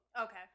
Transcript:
Okay